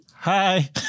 Hi